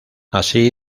así